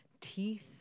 Teeth